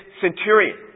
centurion